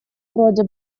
вроде